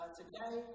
today